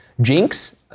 Jinx